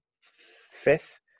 fifth